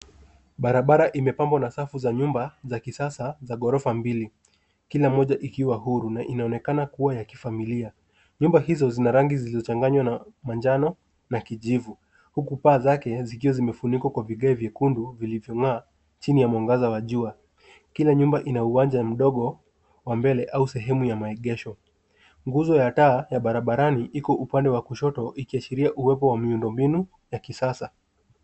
Barabara imepambwa na safu za nyumba za kisasa za ghorofa mbili, kila moja ikiwa huru na inaonekana kuwa ya kifamilia. Nyumba hizo zina rangi zilizochanganywa na manjano na kijivu, huku paa zake zikiwa zimefunikwa kwa vigae vyekundu vilivyong'aa chini ya mwangaza wa jua. Kila nyumba ina uwanja mdogo wa mbele au sehemu ya maegesho. Nguzo ya taa ya barabarani iko upande wa kushoto ikiashiria uwepo wa miundo mbinu ya kisasa.